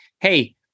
hey